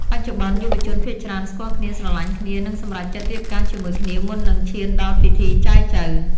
បច្ចុប្បន្ន យុវជនភាគច្រើនស្គាល់គ្នា ស្រឡាញ់គ្នា និងសម្រេចចិត្តរៀបការជាមួយគ្នាមុននឹងឈានដល់ពិធីចែចូវ។